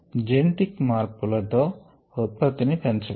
genetic మార్పులతో ఉత్పత్తిని పెంచగలం